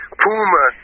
puma